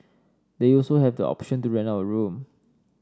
they also have the option to rent out a room